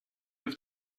have